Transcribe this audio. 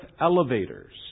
elevators